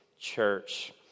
church